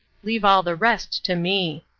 leave all the rest to me.